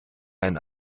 ein